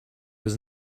was